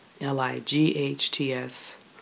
L-I-G-H-T-S